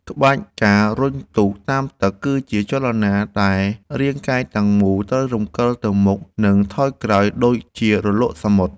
ក្បាច់ ការរុញទូកតាមទឹក គឺជាចលនាដែលរាងកាយទាំងមូលត្រូវរំកិលទៅមុខ និងថយក្រោយដូចជារលកសមុទ្រ។